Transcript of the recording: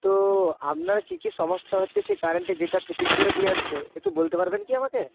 তো আপনার কী কী সমস্যা হচ্ছে সেই কারেন্টের যেটা ফিটিং করে দিয়ে এসেছে একটু বলতে পারবেন কি আমাকে